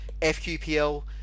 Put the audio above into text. FQPL